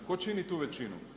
Tko čini tu većinu?